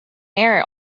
air